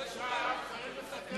צריך לפטר את סגנית השר נוקד.